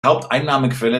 haupteinnahmequelle